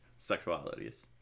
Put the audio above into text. sexualities